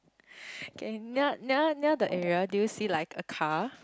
cannot near near the area do you see like a car